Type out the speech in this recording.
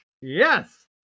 yes